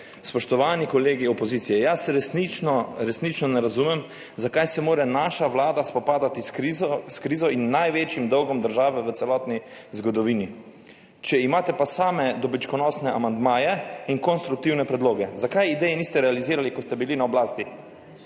Spoštovani kolegi opozicije, jaz resnično ne razumem, zakaj se mora naša vlada spopadati s krizo in največjim dolgom države v celotni zgodovini, če imate pa same dobičkonosne amandmaje in konstruktivne predloge. Zakaj idej niste realizirali, ko ste bili na oblasti?